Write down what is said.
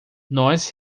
nós